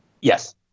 Yes